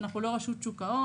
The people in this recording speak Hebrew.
אנחנו לא רשות שוק ההון,